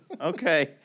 Okay